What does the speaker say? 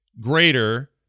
greater